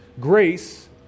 Grace